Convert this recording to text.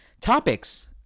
topics